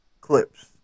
Clips